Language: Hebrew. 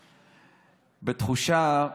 התחושה,